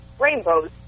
rainbows